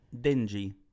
dingy